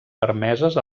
permeses